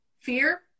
fear